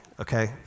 okay